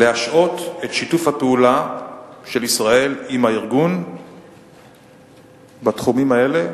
להשעות את שיתוף הפעולה של ישראל עם הארגון בתחומים האלה,